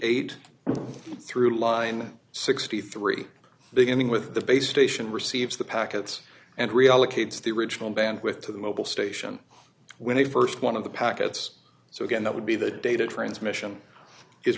eight through line sixty three beginning with the base station receives the packets and reallocates the original band with to the mobile station when the first one of the packets so again that would be the data transmission is